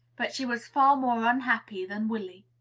but she was far more unhappy than willy.